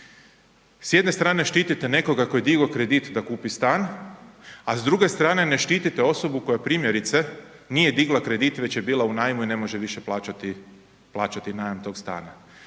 S jedne strane štite nekoga tko je digao kredit da kupi stan a s druge strane ne štitite osobu koja primjerice nije digla kredit već je bila u najmu i ne može više plaćati najam tog stana.